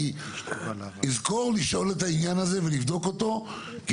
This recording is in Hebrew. אני אזכור לשאול ולבדוק את העניין הזה